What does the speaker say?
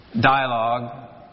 Dialogue